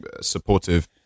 supportive